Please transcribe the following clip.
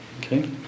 Okay